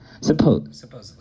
Supposedly